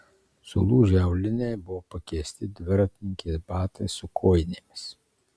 sulūžę auliniai buvo pakeisti dviratininkės batais su kojinėmis